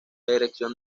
dirección